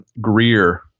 Greer